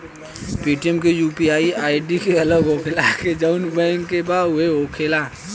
Paytm के UPI ID अलग होखेला की जाऊन बैंक के बा उहे होखेला?